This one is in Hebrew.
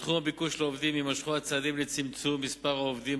בתחום הביקוש לעובדים יימשכו הצעדים לצמצום מספר העובדים